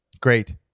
Great